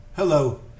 Hello